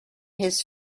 his